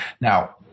now